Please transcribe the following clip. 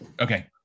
okay